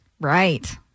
Right